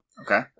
Okay